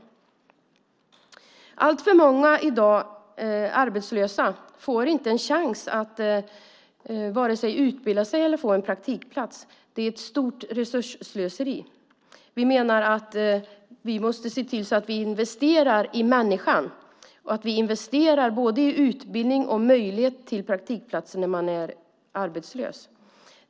Alltför många arbetslösa får i dag ingen chans att utbilda sig eller få en praktikplats. Det är ett stort resursslöseri. Vi måste investera i människan och satsa på utbildning och möjlighet till praktikplats för den som är arbetslös.